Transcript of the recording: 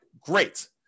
great